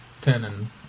Tenon